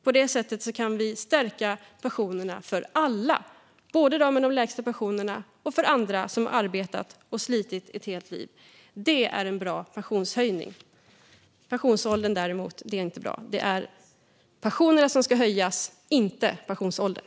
På det sättet kan vi stärka pensionerna för alla, både dem med de lägsta pensionerna och andra som arbetat och slitit ett helt liv. Det är en bra pensionshöjning. Detta med pensionsåldern är däremot inte bra. Det är pensionerna som ska höjas, inte pensionsåldern.